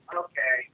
okay